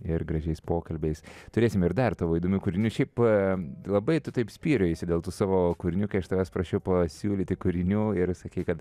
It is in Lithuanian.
ir gražiais pokalbiais turėsime ir dar tavo įdomių kūrinių šiap labai tu taip spyriojasi dėl tų savo kūrinių kai aš tavęs prašiau pasiūlyti kūrinių ir sakei kad